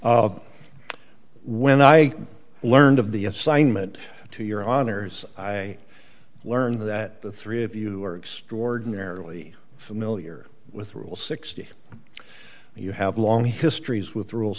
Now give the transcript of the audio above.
honor when i learned of the assignment to your honors i learned that the three of you are extraordinary really familiar with rule sixty you have long histories with rule